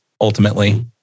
ultimately